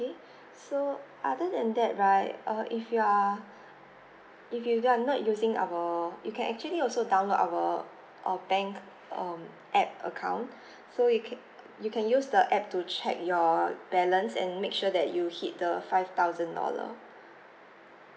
so other than that right err if you're if you are not using our you can actually also download our our bank um app account so you can you can use the app to check your balance and make sure that you hit the five thousand dollar